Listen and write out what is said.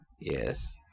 Yes